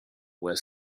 were